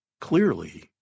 Clearly